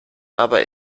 aber